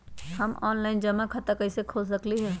हम ऑनलाइन जमा खाता कईसे खोल सकली ह?